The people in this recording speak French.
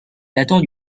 datant